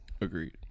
agreed